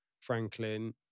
Franklin